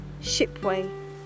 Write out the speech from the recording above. Shipway